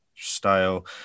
style